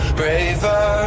braver